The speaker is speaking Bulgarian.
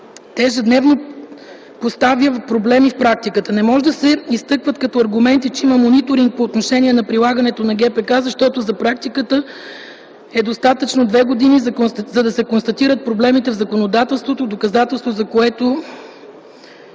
ежедневно поставя проблеми в практиката. Не може да се изтъкват като аргументи, че има мониторинг по отношение на прилагането на ГПК, защото за практиката са достатъчни две години, за да се констатират проблемите в законодателството, доказателство за което